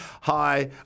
Hi